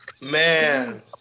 man